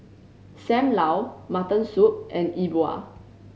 Sam Lau mutton soup and E Bua